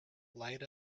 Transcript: light